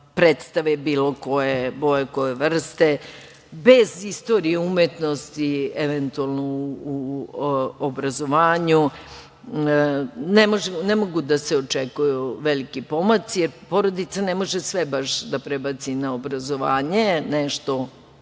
predstave bilo koje vrste, bez istorije umetnosti, eventualno u obrazovanju, ne mogu da se očekuju veliki pomaci, jer porodica ne može sve baš da prebaci na obrazovanje, nešto